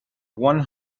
one